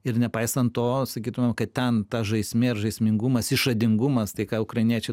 ir nepaisant to sakytumėm kad ten ta žaismė ir žaismingumas išradingumas tai ką ukrainiečiai